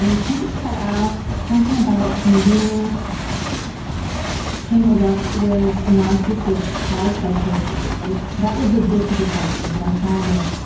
um somebody had asked something about can being tangled up with a narcissist cause psychosis and that was the gist of the question, but i'm trying to.